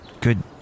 good